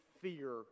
fear